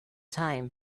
time